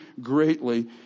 greatly